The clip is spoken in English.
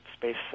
Space